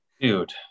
Dude